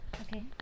okay